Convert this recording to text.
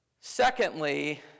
Secondly